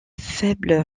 faible